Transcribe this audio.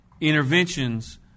interventions